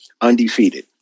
undefeated